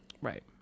Right